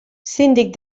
síndic